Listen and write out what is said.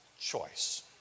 choice